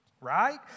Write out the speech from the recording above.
right